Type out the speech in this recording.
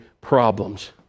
problems